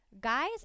guys